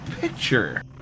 picture